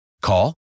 Call